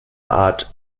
art